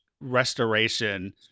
restoration